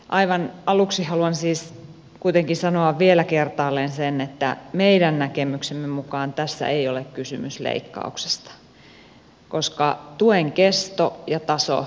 aivan aluksi haluan siis kuitenkin sanoa vielä kertaalleen sen että meidän näkemyksemme mukaan tässä ei ole kysymys leikkauksesta koska tuen kesto ja taso pysyvät samana